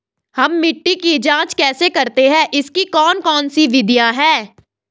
हम मिट्टी की जांच कैसे करते हैं इसकी कौन कौन सी विधियाँ है?